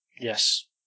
Yes